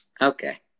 Okay